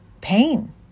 pain